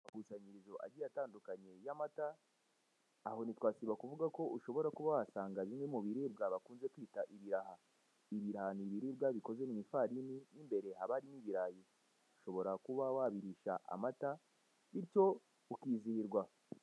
Amakusanyirizo agiye atandukanye y'amata, aho ntitwasiba kuvuga ko ushobora kuba wahasanga bimwe mu biribwa bakunze kwita ibiraha. Ibiraha ni ibiribwa bikoze mu ifarini, mu imbere haba harimo ibirayi. Ushobora kuba wabirisha amata bityo ukizihirwa.